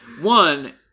One